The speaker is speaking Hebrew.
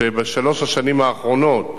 שבשלוש השנים האחרונות,